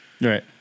Right